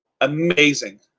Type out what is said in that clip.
amazing